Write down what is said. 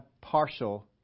partial